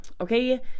Okay